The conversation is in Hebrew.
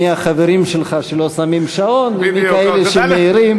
מי החברים שלך שלא שמים שעון ומי הם אלה שמעירים.